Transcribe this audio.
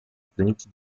frente